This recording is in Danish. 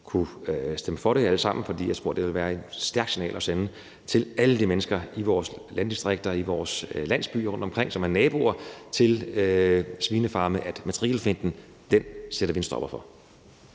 kunne stemme for det, for jeg tror, at det ville være et stærkt signal at sende til alle de mennesker i vores landdistrikter og i vores landsbyer rundtomkring, som er naboer til svinefarme, at matrikelfinten sætter vi en stopper for.